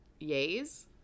yays